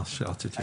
זה מה רציתי להגיד.